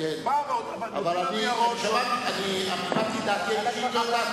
אני אמרתי את דעתי האישית,